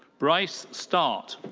bryce start.